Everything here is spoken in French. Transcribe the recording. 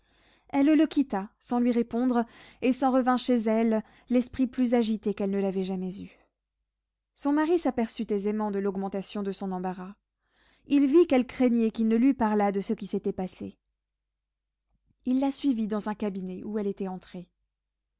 elle le quitta sans lui répondre et s'en revint chez elle l'esprit plus agité qu'elle ne l'avait jamais eu son mari s'aperçut aisément de l'augmentation de son embarras il vit qu'elle craignait qu'il ne lui parlât de ce qui s'était passé il la suivit dans un cabinet où elle était entrée